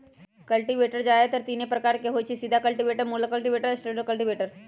cultivator जादेतर तीने प्रकार के होई छई, सीधा कल्टिवेटर, मुरल कल्टिवेटर, स्लैटेड कल्टिवेटर